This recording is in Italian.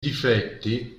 difetti